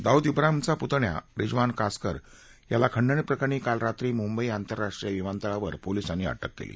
दाऊद ब्राहिमचा पुतण्या रिजवान कासकर याला खंडणी प्रकरणी काल रात्री मुंबई आंतरराष्ट्रीय विमानतळावर पोलीसांनी अटक केली